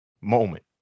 moment